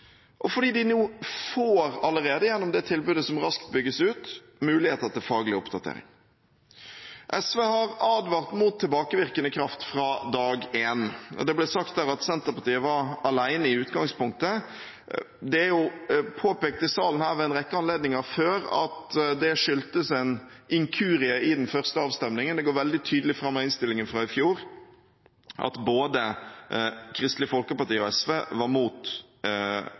og fordi de nå, gjennom det tilbudet som raskt bygges ut, får muligheter til faglig oppdatering. SV har advart mot tilbakevirkende kraft fra dag én. Det ble sagt her at Senterpartiet var alene, i utgangspunktet. Det er jo påpekt i salen her ved en rekke anledninger før at det skyldtes en inkurie i den første avstemningen, det går veldig tydelig fram av innstillingen fra i fjor at både Kristelig Folkeparti og SV var